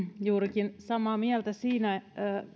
juurikin samaa mieltä siinä